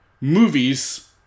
movies